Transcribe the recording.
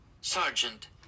Sergeant